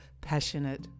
passionate